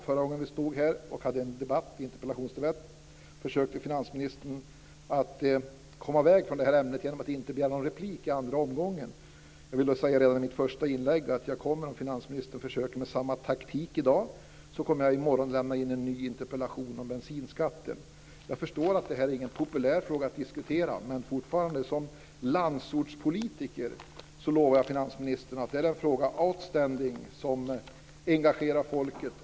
Förra gången vi stod här och hade en interpellationsdebatt försökte finansministern att komma ifrån ämnet genom att inte begära någon replik i andra omgången. Jag vill därför redan i mitt första inlägg säga att om finansministern försöker med samma taktik i dag, kommer jag i morgon att lämna in en ny interpellation om bensinskatten. Jag förstår att det här inte är någon populär fråga att diskutera. Men som landsbygdspolitiker lovar jag finansministern att det är den fråga outstanding som engagerar folket.